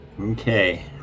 Okay